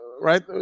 Right